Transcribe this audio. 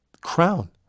crown